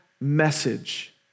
message